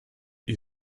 you